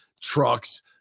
trucks